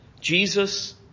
Jesus